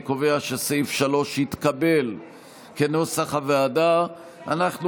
אני קובע שסעיף 3, כנוסח הוועדה, התקבל.